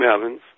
Evans